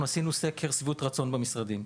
אנחנו עשינו סקר שביעות רצון במשרדים.